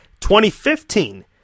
2015